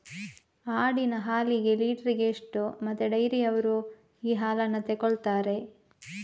ಆಡಿನ ಹಾಲಿಗೆ ಲೀಟ್ರಿಗೆ ಎಷ್ಟು ಮತ್ತೆ ಡೈರಿಯವ್ರರು ಈ ಹಾಲನ್ನ ತೆಕೊಳ್ತಾರೆ?